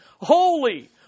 holy